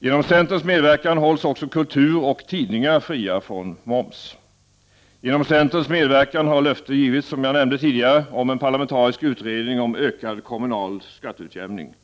Genom centerns medverkan hålls också kultur och tidningar fria från moms. Genom centerns medverkan har löfte givits, som jag nämnde tidigare, om en parlamentarisk utredning om ökad kommunal skatteutjämning.